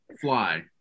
fly